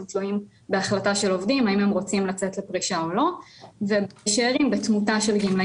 אבל השאלה אם לא צריך עבור הקשישים שמספרם גדל